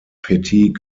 petit